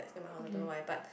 my house I don't know why but